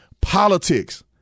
politics